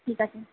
ঠিক আছে